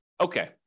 okay